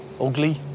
ugly